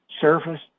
surface